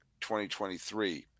2023